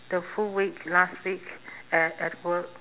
the full week last week at at work